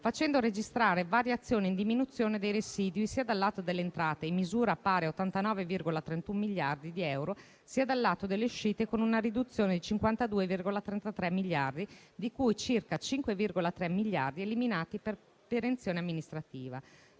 facendo registrare variazioni in diminuzione dei residui sia dal lato delle entrate in misura pari a 89,31 miliardi di euro, sia dal lato delle uscite con una riduzione di 52,33 miliardi, di cui circa 5,3 miliardi eliminati per perenzione amministrativa.